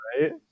right